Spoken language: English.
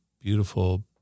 beautiful